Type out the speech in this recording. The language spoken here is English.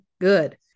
good